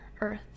Earth